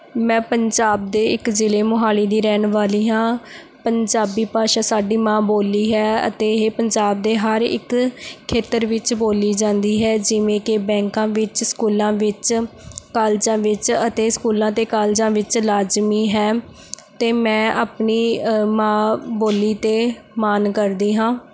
ਮੈਂ ਪੰਜਾਬ ਦੇ ਇੱਕ ਜ਼ਿਲ੍ਹੇ ਮੋਹਾਲੀ ਦੀ ਰਹਿਣ ਵਾਲੀ ਹਾਂ ਪੰਜਾਬੀ ਭਾਸ਼ਾ ਸਾਡੀ ਮਾਂ ਬੋਲੀ ਹੈ ਅਤੇ ਇਹ ਪੰਜਾਬ ਦੇ ਹਰ ਇੱਕ ਖੇਤਰ ਵਿੱਚ ਬੋਲੀ ਜਾਂਦੀ ਹੈ ਜਿਵੇਂ ਕਿ ਬੈਕਾਂ ਵਿੱਚ ਸਕੂਲਾਂ ਵਿੱਚ ਕਾਲਜਾਂ ਵਿੱਚ ਅਤੇ ਸਕੂਲਾਂ ਅਤੇ ਕਾਲਜਾਂ ਵਿੱਚ ਲਾਜ਼ਮੀ ਹੈ ਅਤੇ ਮੈਂ ਆਪਣੀ ਮਾਂ ਬੋਲੀ 'ਤੇ ਮਾਨ ਕਰਦੀ ਹਾਂ